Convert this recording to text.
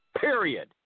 period